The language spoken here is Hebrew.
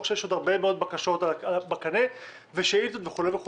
שיש עוד הרבה בקשות בקנה ושאילתות וכולי.